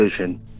vision